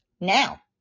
Now